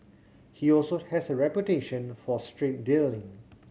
he also has a reputation for straight dealing